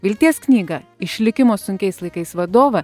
vilties knygą išlikimo sunkiais laikais vadovą